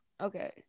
Okay